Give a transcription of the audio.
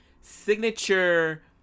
signature